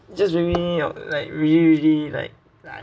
just make me like really really like like